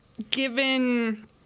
Given